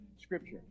Scripture